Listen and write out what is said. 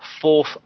fourth